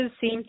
seem